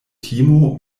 timo